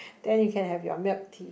then you can have your milk tea